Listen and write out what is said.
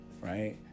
right